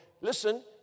Listen